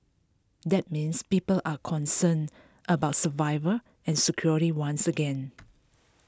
that means people are concerned about survival and security once again